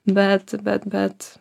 bet bet bet